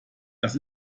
das